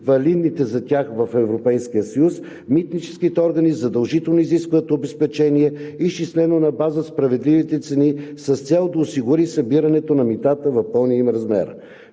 валидни за тях в Европейския съюз, митническите органи задължително изискват обезпечение, изчислено на база справедливите цени, с цел да осигурят събирането на митата в пълния им размер.